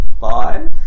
five